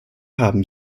haben